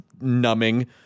numbing